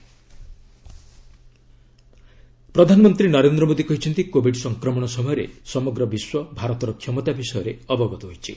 BJP meet ପ୍ରଧାନମନ୍ତ୍ରୀ ନରେନ୍ଦ୍ର ମୋଦୀ କହିଛନ୍ତି covid ସଂକ୍ରମଣ ସମୟରେ ସମଗ୍ର ବିଶ୍ୱ ଭାରତର କ୍ଷମତା ବିଷୟରେ ଅବଗତ ହୋଇଛି